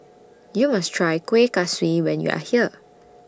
YOU must Try Kueh Kaswi when YOU Are here